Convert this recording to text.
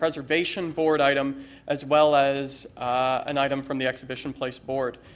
preservation board item as well as an item from the exhibition place board.